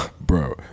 bro